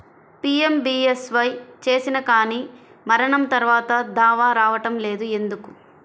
PMBSY చేసినా కానీ మరణం తర్వాత దావా రావటం లేదు ఎందుకు?